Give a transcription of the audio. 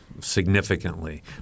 significantly